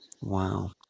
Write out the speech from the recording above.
Wow